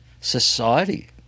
society